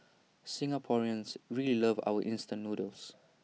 Singaporeans really love our instant noodles